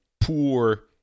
poor